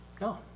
No